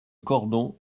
cordon